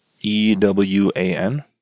E-W-A-N